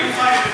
יש פה,